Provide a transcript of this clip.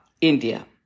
India